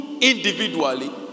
individually